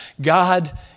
God